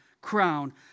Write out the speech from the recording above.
crown